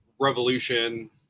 Revolution